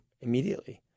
immediately